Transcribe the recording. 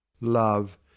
Love